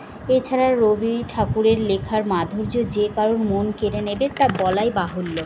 এছাড়া রবি ঠাকুরের লেখার মাধুর্য যে কারুর মন কেড়ে নেবে তা বলাই বাহুল্য